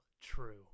true